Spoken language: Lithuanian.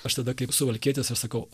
aš tada kaip suvalkietis aš sakau